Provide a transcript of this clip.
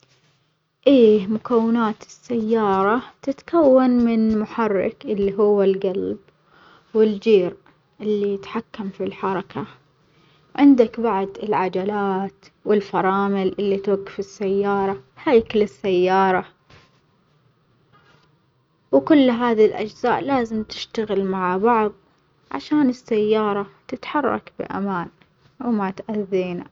إيه مكونات السيارة، تتكون من محرك اللي هو الجلب والجير اللي يتحكم في الحركة، عندك بعد العجلات والفرامل اللي توجف السيارة، هيكل السيارة وكل هذي الأجزاء لازم تشتغل مع بعض عشان السيارة تتحرك بأمان وما تأذينا.